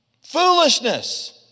Foolishness